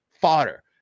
fodder